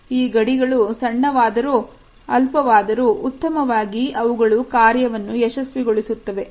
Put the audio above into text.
ಈ ಗಡಿಗಳು ಸಣ್ಣವಾದರೂ ಅಲ್ಪವಾದರೂ ಉತ್ತಮವಾಗಿ ಅವುಗಳ ಕಾರ್ಯವನ್ನು ಯಶಸ್ವಿಗೊಳಿಸುತ್ತವೆ